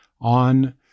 on